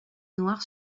noires